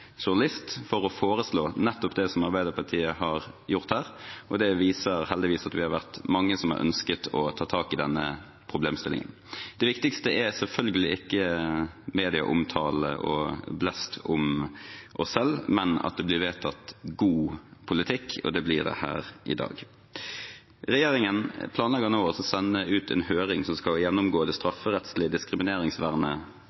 for å foreslå nettopp det som Arbeiderpartiet har gjort her. Det viser heldigvis at vi har vært mange som har ønsket å ta tak i denne problemstillingen. Det viktigste er selvfølgelig ikke medieomtale og blest om oss selv, men at det blir vedtatt god politikk, og det blir det her i dag. Regjeringen gjennomgår nå det strafferettslige diskrimineringsvernet og planlegger å sende det ut på høring om ganske kort tid, og det